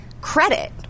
credit